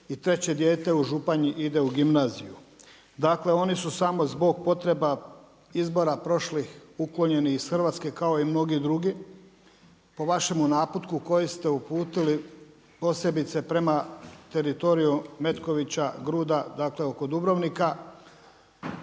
i 3 dijete u Županji ide u gimnaziju, dakle oni su samo zbog potreba izbora prošlih uklonjeni iz Hrvatske kao i mnogi drugi, po vašemu naputku, koji ste uputili posebice prema teritoriju Metkovića, Gruda, dakle, oko Dubrovnika